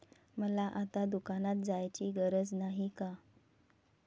मला आता दुकानात जायची गरज नाही का?